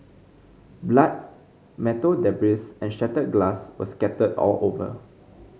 blood metal debris and shattered glass were scattered all over